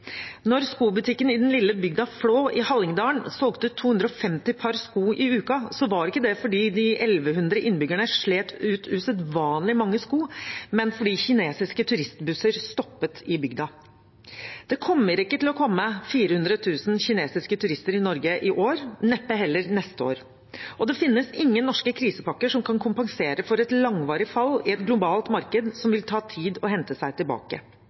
Når skobutikken i den lille bygda Flå i Hallingdal solgte 250 par sko i uken, var ikke det fordi de 1 100 innbyggerne slet ut usedvanlig mange sko, men fordi kinesiske turistbusser stoppet i bygda. Det kommer ikke til å komme 400 000 kinesiske turister til Norge i år, neppe heller neste år. Og det finnes ingen norske krisepakker som kan kompensere for et langvarig fall i et globalt marked som det vil ta tid å hente seg